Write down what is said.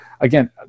again